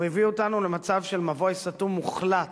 הוא הביא אותנו למצב של מבוי סתום מוחלט